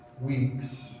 weeks